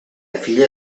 filla